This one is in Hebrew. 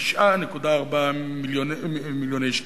904 מיליוני שקלים,